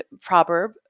Proverb